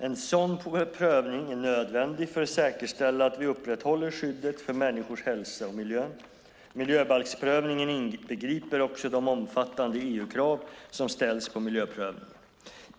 En sådan prövning är nödvändig för att säkerställa att vi upprätthåller skyddet för människors hälsa och miljön. Miljöbalksprövningen inbegriper också de omfattande EU-krav som ställs på miljöprövningen.